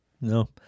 No